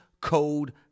code